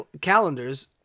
calendars